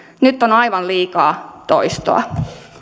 nyt on aivan liikaa toistoa